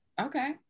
okay